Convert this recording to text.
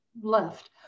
left